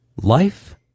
Life